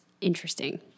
interesting